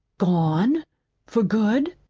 gone for good?